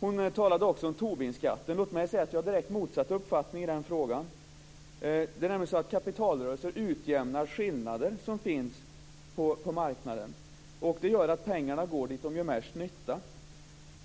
Hon talade också om Tobinskatten. Låt mig säga att jag har direkt motsatt uppfattning i den frågan. Det är nämligen så att kapitalrörelser utjämnar skillnader som finns på marknaden. Det gör att pengarna går dit där de gör mest nytta.